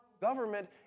government